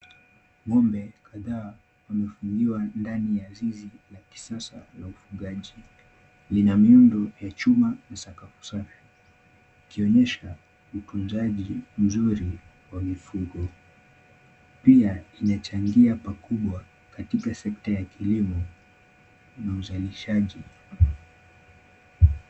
Ng'ombe kadhaa wamefungiwa ndani ya zizi la kisasa la ufugaji. Lina miundo ya chuma na sakafu safi ikionyesha utunzaji mzuri wa mifugo. Pia inachangia pakubwa katika sekta ya kilimo na uzalishaji.